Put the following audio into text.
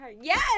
Yes